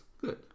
good